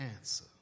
answer